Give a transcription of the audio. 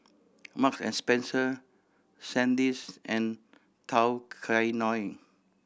Marks and Spencer Sandisk and Tao Kae Noi